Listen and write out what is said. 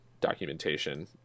documentation